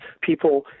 people